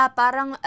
parang